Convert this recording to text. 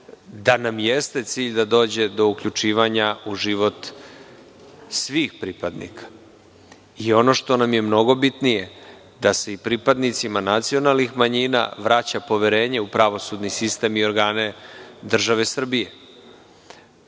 da nam jeste cilj da dođe do uključivanja svih pripadnika. I ono što nam je mnogo bitnije, da se i pripadnicima nacionalnih manjina vraća poverenje u pravosudni sistem i organe države Srbije. Jedna